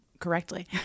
correctly